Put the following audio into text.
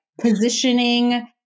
positioning